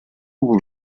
will